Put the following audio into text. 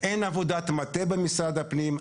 אין עבודת מטה במשרד הפנים.